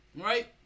right